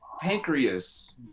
pancreas